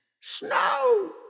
Snow